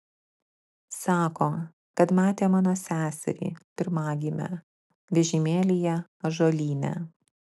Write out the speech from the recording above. sako kad matė mano seserį pirmagimę vežimėlyje ąžuolyne